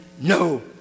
No